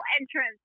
entrance